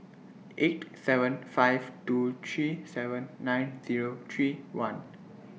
eight seven five two three seven nine Zero three one